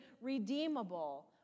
redeemable